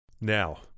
Now